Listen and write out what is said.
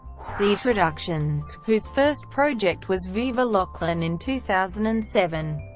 seed productions, whose first project was viva laughlin in two thousand and seven.